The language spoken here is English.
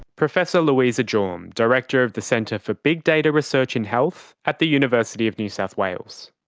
professor louisa jorm, director of the centre for big data research in health at the university of new south wales.